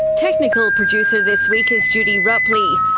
technical producer this week is judy rapley,